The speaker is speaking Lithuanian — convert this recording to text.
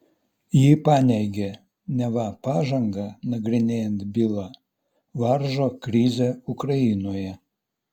ji paneigė neva pažangą nagrinėjant bylą varžo krizė ukrainoje